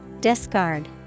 Discard